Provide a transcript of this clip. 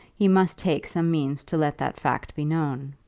he must take some means to let that fact be known.